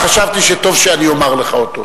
חשבתי שטוב שאני אומר לך אותו.